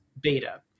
beta